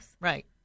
Right